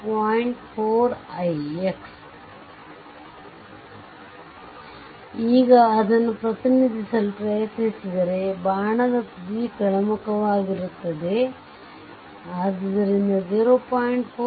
4 ix ಈಗ ಅದನ್ನು ಪ್ರತಿನಿಧಿಸಲು ಪ್ರಯತ್ನಿಸಿದರೆ ಬಾಣದ ತುದಿ ಕೆಳಮುಖವಾಗಿರುತ್ತದೆ ಆದ್ದರಿಂದ ಅದು 0